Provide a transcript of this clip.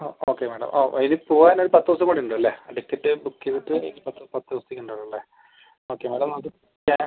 ഓ okay madam ഓ ഇനി പോവാൻ ഒരു പത്ത് ദിവസം കൂടി ഉണ്ടല്ലേ ടിക്കറ്റ് ബുക്ക് ചെയ്തിട്ട് ഇനി പത്ത് പത്ത് ദിവസത്തേക്ക് ഉണ്ടാവുള്ളൂ അല്ലേ ഓക്കെ മേഡം അത് ഞാൻ